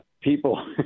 people